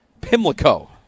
Pimlico